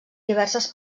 diverses